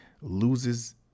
loses